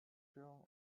film